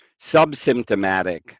subsymptomatic